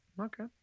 okay